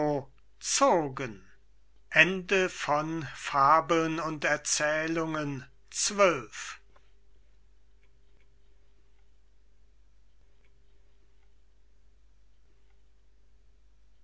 etextes fabeln und erzählungen